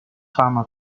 fama